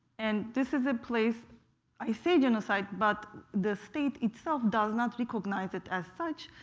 and this is a place i say genocide, but the state itself does not recognize it as such,